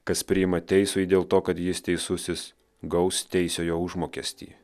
kas priima teisųjį dėl to kad jis teisusis gaus teisiojo užmokestį